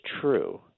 true –